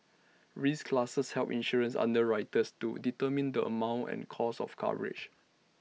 risk classes help insurance underwriters to determine the amount and cost of coverage